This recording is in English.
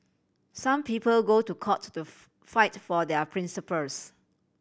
some people go to court to fight for their principles